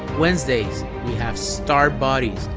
wednesdays we have star bodies.